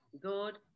good